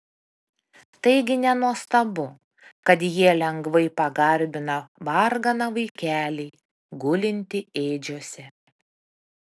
taigi nenuostabu kad jie lengvai pagarbina varganą vaikelį gulintį ėdžiose